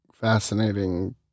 fascinating